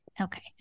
Okay